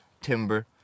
Timber